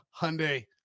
Hyundai